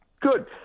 Good